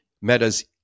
Meta's